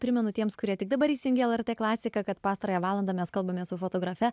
primenu tiems kurie tik dabar įsijungė lrt klasiką kad pastarąją valandą mes kalbamės su fotografe